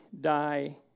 die